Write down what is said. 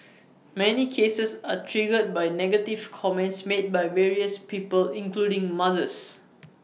many cases are triggered by negative comments made by various people including mothers